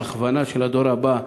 את ההכוונה של הדור הבא,